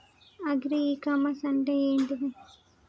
Agri e commerce అంటే ఏంటిది?